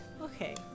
Okay